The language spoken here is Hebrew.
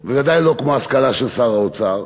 ועדיין, לא כמו ההשכלה של שר האוצר.